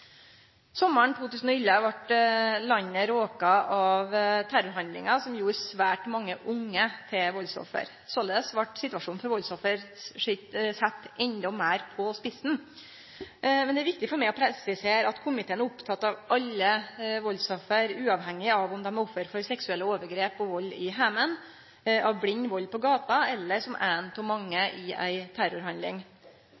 vart landet råka av terrorhandlingar som gjorde svært mange unge til valdsoffer. Såleis vart situasjonen for valdsoffer sett endå meir på spissen. Men det er viktig for meg å presisere at komiteen er oppteken av alle valdsoffer, uavhengig av om dei er offer for seksuelle overgrep, vald i heimen, blind vald på gata eller som ein av mange